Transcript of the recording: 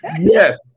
Yes